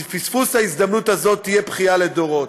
פספוס ההזדמנות הזאת יהיה בכייה לדורות.